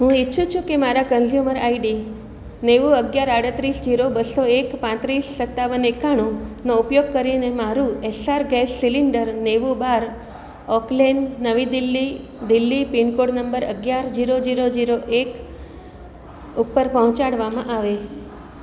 હું ઇચ્છું છું કે મારા કન્ઝ્યુમર આઈડી નેવું અગિયાર આડત્રીસ ઝીરો બસો એક પાંત્રીસ સતાવન એકાણું નો ઉપયોગ કરીને મારું એસ્સાર ગેસ સિલિન્ડર નેવું બાર ઓક લેન નવી Delhi Delhi pin code number અગિયાર ઝીરો ઝીરો ઝીરો એક ઉપર પહોંચાડવામાં આવે